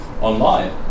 online